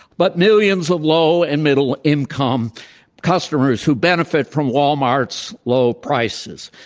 but millions of low and middle income customers who benefit from walmart's low prices.